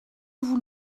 vous